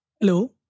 Hello